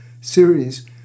series